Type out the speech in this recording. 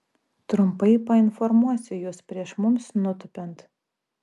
trumpai painformuosiu jus prieš mums nutūpiant